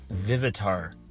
vivitar